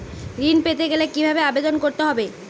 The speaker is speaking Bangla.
ঋণ পেতে গেলে কিভাবে আবেদন করতে হবে?